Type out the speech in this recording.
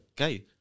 okay